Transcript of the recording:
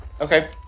okay